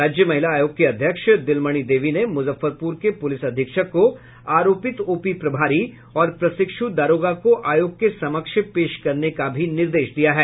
राज्य महिला आयोग की अध्यक्ष दिलमणी देवी ने मुजफ्फरपुर के पुलिस अधीक्षक को आरोपित ओपी प्रभारी और प्रशिक्षु दारोगा को आयोग के समक्ष पेश करने का भी निर्देश दिया है